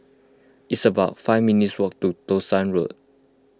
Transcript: it's about five minutes' walk to Townshend Road